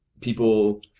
people